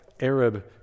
Arab